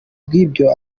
bw’ibyo